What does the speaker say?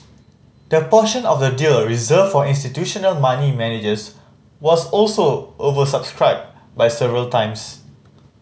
the portion of the deal reserved for institutional money managers was also oversubscribed by several times